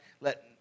let